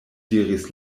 diris